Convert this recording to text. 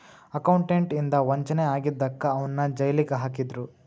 accountant ಇಂದಾ ವಂಚನೆ ಆಗಿದಕ್ಕ ಅವನ್ನ್ ಜೈಲಿಗ್ ಹಾಕಿದ್ರು